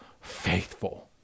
faithful